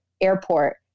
airport